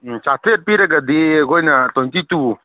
ꯆꯥꯇ꯭ꯔꯦꯠ ꯄꯤꯔꯒꯗꯤ ꯑꯩꯈꯣꯏꯅ ꯇ꯭ꯋꯦꯟꯇꯤ ꯇꯨ